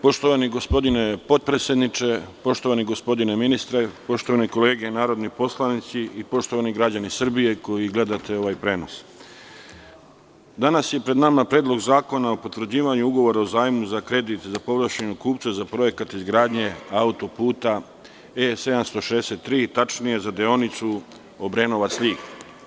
Poštovani gospodine potpredsedniče, poštovani gospodine ministre, poštovane kolege narodni poslanici i poštovani građani Srbije koji gledate ovaj prenos, danas je pred nama Predlog zakona o potvrđivanju Ugovora o zajmu za kredit za povlašćenog kupca za Projekat izgradnje autoputa E 763, tačnije za deonicu Obrenovac-Ljig.